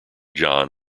john